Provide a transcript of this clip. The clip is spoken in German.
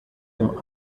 dem